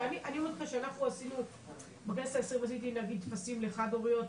אני אומרת לך שבכנסת ה-20 רציתי להביא טפסים לחד הוריות,